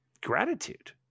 gratitude